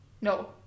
No